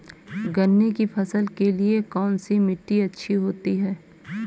गन्ने की फसल के लिए कौनसी मिट्टी अच्छी होती है?